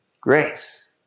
Grace